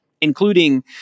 including